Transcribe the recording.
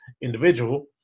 individual